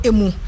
Emu